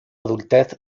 adultez